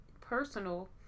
personal